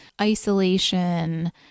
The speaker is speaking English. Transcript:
isolation